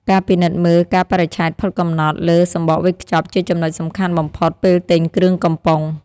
ការពិនិត្យមើលកាលបរិច្ឆេទផុតកំណត់លើសំបកវេចខ្ចប់ជាចំណុចសំខាន់បំផុតពេលទិញគ្រឿងកំប៉ុង។